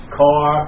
car